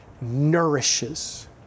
Nourishes